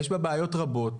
יש בה בעיות רבות,